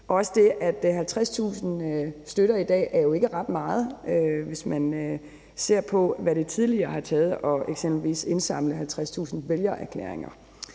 Og 50.000 støtter i dag er jo ikke ret meget, hvis man ser på, hvad det tidligere har taget eksempelvis at indsamle 50.000 vælgererklæringer.